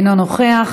אינו נוכח.